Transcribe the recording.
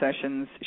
sessions